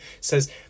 says